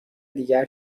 دیگر